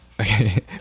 Okay